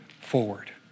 forward